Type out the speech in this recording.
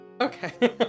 Okay